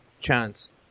chance